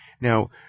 Now